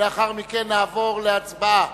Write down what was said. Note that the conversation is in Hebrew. ולאחר מכן נעבור להצבעה.